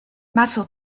mattel